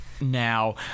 Now